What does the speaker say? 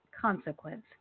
consequence